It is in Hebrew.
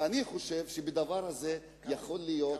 אני חושב שבדבר הזה יכול להיות,